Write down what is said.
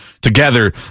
together